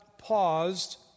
Paused